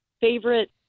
favorite